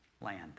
land